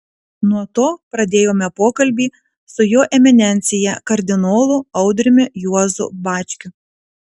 nuo to pradėjome pokalbį su jo eminencija kardinolu audriumi juozu bačkiu